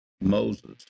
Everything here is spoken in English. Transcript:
Moses